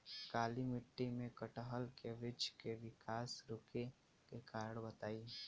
काली मिट्टी में कटहल के बृच्छ के विकास रुके के कारण बताई?